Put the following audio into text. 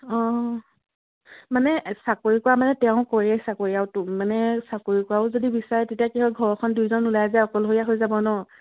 অঁ মানে চাকৰি কৰা মানে তেওঁ কৰেয়েই চাকৰিও আৰু মানে চাকৰি কৰাও যদি বিচাৰে তেতিয়া কি হয় ঘৰখন দুইজন উলাই যায় অকলসৰীয়া হৈ যাব ন